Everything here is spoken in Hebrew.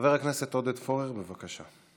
חבר הכנסת עודד פורר, בבקשה.